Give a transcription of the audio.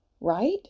Right